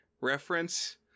reference